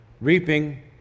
Reaping